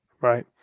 Right